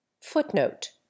Footnote